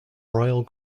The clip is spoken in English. royal